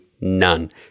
none